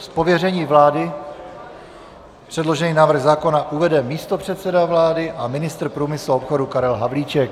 Z pověření vlády předložený návrh zákona uvede místopředseda vlády a ministr průmyslu a obchodu Karel Havlíček.